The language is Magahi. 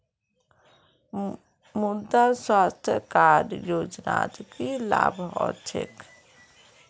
मृदा स्वास्थ्य कार्ड योजनात की लाभ ह छेक